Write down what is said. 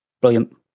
Brilliant